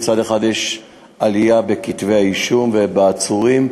ומצד אחד יש עלייה בכתבי-האישום ובעצורים,